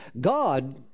God